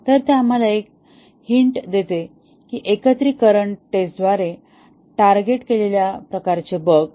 तर ते आम्हाला एक हिंट देते की एकत्रीकरण टेस्टद्वारे टार्गेट केलेल्या प्रकारचे बग